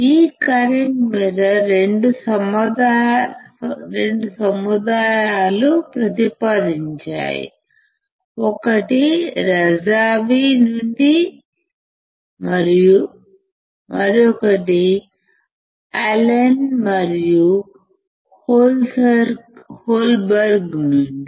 ఈ current mirror 2 సముదాయాలు ప్రతిపాదించాయి ఒకటి రజావి నుండి మరియు మరొకటి అలెన్ మరియు హోల్బెర్గ్ నుండి